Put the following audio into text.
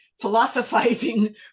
philosophizing